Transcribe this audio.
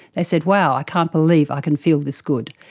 they said, well, i can't believe i can feel this good.